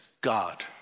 God